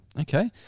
okay